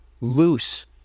loose